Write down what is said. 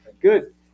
Good